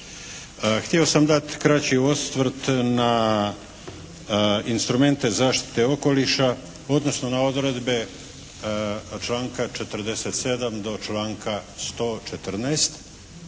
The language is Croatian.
Htio sam dati kraći osvrt na instrumente zaštite okoliša, odnosno na odredbe članka 47. do članka 114.